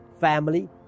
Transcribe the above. family